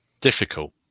Difficult